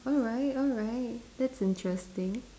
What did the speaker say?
alright alright that's interesting